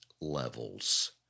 levels